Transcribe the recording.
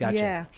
yeah yeah.